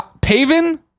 Paven